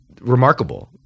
remarkable